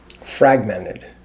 fragmented